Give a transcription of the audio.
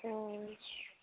অঁ